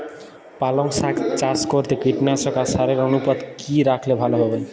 পালং শাক চাষ করতে কীটনাশক আর সারের অনুপাত কি রাখলে ভালো হবে?